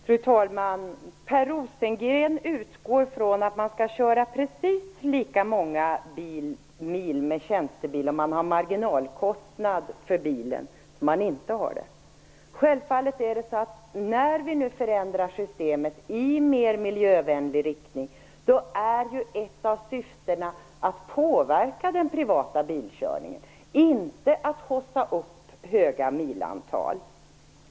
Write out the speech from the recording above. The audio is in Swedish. Fru talman! Per Rosengren utgår ifrån att man skall köra precis lika många mil med tjänstebil om man har marginalkostnad för bilen eller om man inte har det. När vi nu förändrar systemet i mer miljövänlig riktning är ju ett av syftena att man skall påverka den privata bilkörningen, inte att haussa upp höga milantal.